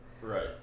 right